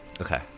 Okay